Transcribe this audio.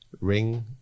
ring